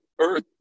earth